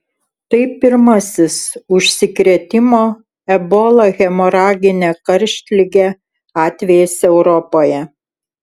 tai pirmasis užsikrėtimo ebola hemoragine karštlige atvejis europoje